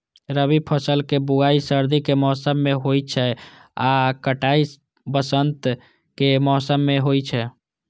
रबी फसलक बुआइ सर्दी के मौसम मे होइ छै आ कटाइ वसंतक मौसम मे होइ छै